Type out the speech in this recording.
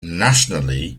nationally